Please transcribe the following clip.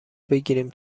بگیریم